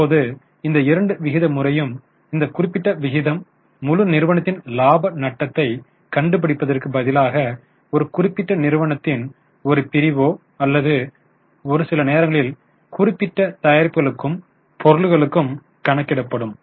இப்போது இந்த இரண்டு விகித முறையும் இந்த குறிப்பிட்ட விகிதம் முழு நிறுவனத்தின் இலாப நட்டத்தை கண்டுபிடிப்பதற்கு பதிலாக ஒரு குறிப்பிட்ட நிறுவனத்தின் ஒரு பிரிவோ அல்லது ஒரு சில நேரங்களில் குறிப்பிட்ட தயாரிப்புகளுக்கும் பொருளுக்கும் கணக்கிடப்படும்